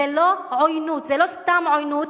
זו לא סתם עוינות,